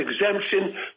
exemption